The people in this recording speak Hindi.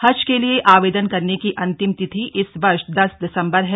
हज के लिए आवेदन करने की अंतिम तिथि इस वर्ष दस दिसम्बर है